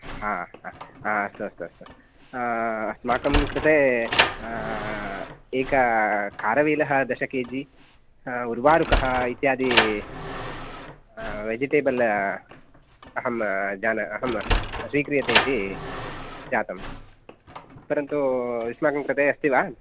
हा अस् हा अस्तु अस्तु अस्तु अस्माकं कृते एक खारवेलः दश केजि उर्वारुकः इत्यादि वेजिटेबल् अहं जान अहं स्वीक्रियते इति जातं परन्तु युष्माकं कृते अस्ति वा